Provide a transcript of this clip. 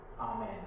Amen